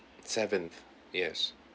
seventh yes